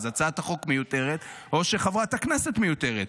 אז הצעת החוק מיותרת או שחברת הכנסת מיותרת.